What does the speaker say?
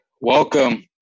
Welcome